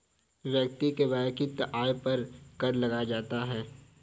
व्यक्ति के वैयक्तिक आय पर कर लगाया जाता है